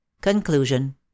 Conclusion